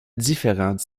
différents